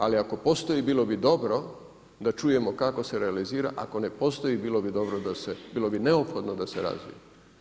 Ali ako postoji bili bi dobro da čujemo kako se realizira, ako ne postoji bilo bi neophodno da se razvije.